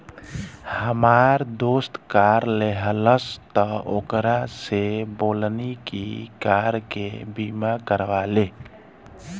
हामार दोस्त कार लेहलस त ओकरा से बोलनी की कार के बीमा करवा ले